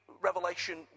Revelation